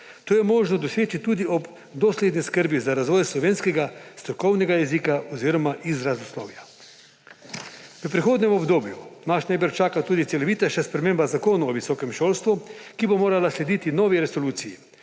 To je možno doseči tudi ob dosledni skrbi za razvoj slovenskega strokovnega jezika oziroma izrazoslovja. V prihodnjem obdobju nas najbrž čaka tudi celovitejša sprememba Zakona o visokem šolstvu, ki bo morala slediti novi resoluciji,